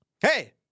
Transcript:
Hey